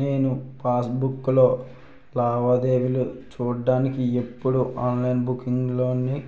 నేను పాస్ బుక్కులో లావాదేవీలు చూడ్డానికి ఎప్పుడూ ఆన్లైన్ బాంకింక్ లోకే